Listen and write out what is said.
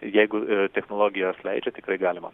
jeigu i technologijos leidžia tikrai galima